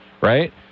right